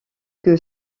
que